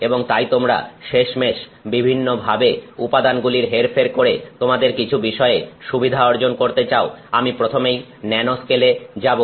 এবং তাই তোমরা শেষমেষ বিভিন্নভাবে উপাদানগুলির হেরফের করে তোমাদের কিছু বিষয়ে সুবিধা অর্জন করতে চাও আমি প্রথমেই ন্যানো স্কেলে যাব